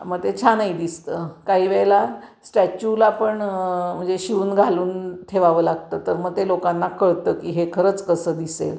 मग ते छानही दिसतं काही वेळेला स्टॅच्यूला पण म्हणजे शिवून घालून ठेवावं लागतं तर मग ते लोकांना कळतं की हे खरंच कसं दिसेल